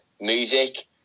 music